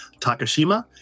Takashima